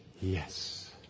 yes